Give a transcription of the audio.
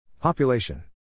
Population